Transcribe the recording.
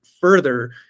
further